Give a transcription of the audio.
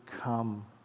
come